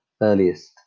earliest